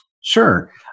Sure